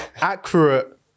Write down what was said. accurate